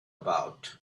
about